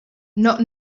not